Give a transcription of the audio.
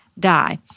Die